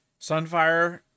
sunfire